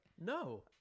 No